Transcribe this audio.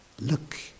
Look